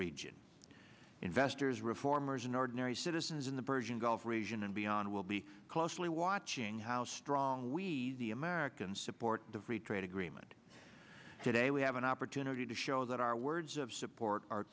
region investors reformers and ordinary citizens in the persian gulf region and beyond will be closely watching how strong we the americans support the free trade agreement today we have an opportunity to show that our words of support are